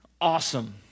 Awesome